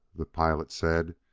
the pilot said,